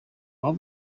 all